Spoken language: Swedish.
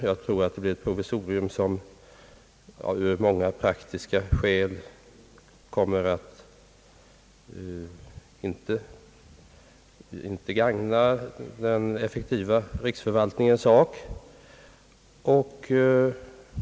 Jag tror att det blir ett provisorium som av många praktiska skäl inte kommer att gagna den effektiva riksförvaltningens sak.